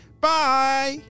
Bye